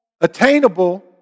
attainable